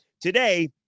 today